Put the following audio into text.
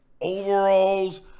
overalls